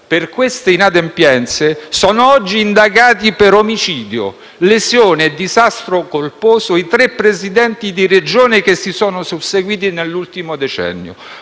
Per queste inadempienze sono oggi indagati per omicidio, lesione e disastro colposo i tre Presidenti di Regione che si sono susseguiti nell'ultimo decennio: